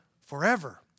forever